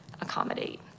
accommodate